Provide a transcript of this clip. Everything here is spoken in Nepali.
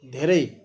धेरै